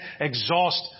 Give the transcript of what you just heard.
exhaust